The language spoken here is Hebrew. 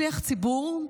שליח ציבור,